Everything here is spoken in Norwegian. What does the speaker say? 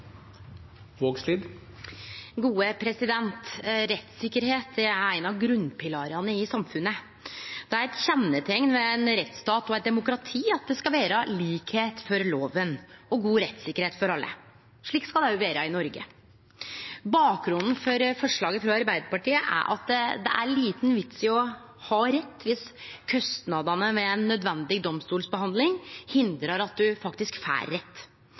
eit demokrati at det skal vere likskap for loven og god rettssikkerheit for alle. Slik skal det òg vere i Noreg. Bakgrunnen for forslaget frå Arbeidarpartiet er at det er liten vits i å ha rett om kostnadene ved ei nødvendig domstolsbehandling hindrar at du faktisk får rett.